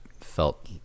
felt